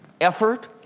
effort